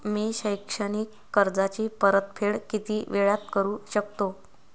मी शैक्षणिक कर्जाची परतफेड किती वेळात करू शकतो